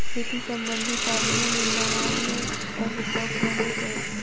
खेती सम्बन्धी पाबनि मे नवान्न सभ सॅ प्रमुख अछि